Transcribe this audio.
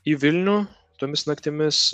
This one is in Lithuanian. į vilnių tomis naktimis